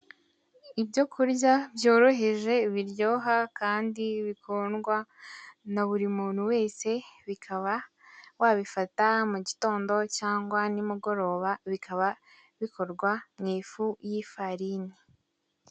Ibyo kurya byoroheje biryoha kandi bikundwa na buri muntu wese bikaba wabifata mu gitondo cyangwa ni mugoroba bikaba bikorwa mu ifu y'ifarini.